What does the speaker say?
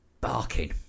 Barking